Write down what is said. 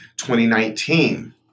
2019